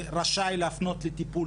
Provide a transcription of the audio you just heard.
שהשופט רשאי להפנות לטיפול,